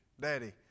Daddy